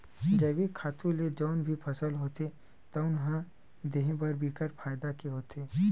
जइविक खातू ले जउन भी फसल होथे तउन ह देहे बर बिकट फायदा के होथे